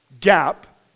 gap